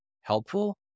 helpful